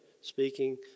speaking